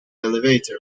elevator